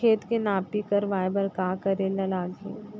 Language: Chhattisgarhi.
खेत के नापी करवाये बर का करे लागही?